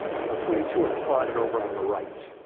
and the twenty two are plotted over on the right.